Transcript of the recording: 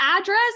address